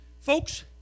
folks